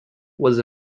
was